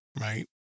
right